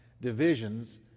divisions